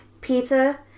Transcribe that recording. Peter